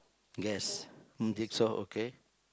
guess mm okay